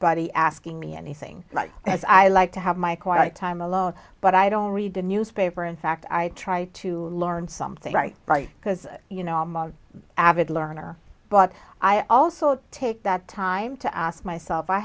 body asking me anything like as i like to have my quiet time alone but i don't read a newspaper in fact i try to learn something right right because you know among avid learner but i also take that time to ask myself i